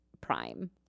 prime